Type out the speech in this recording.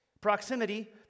Proximity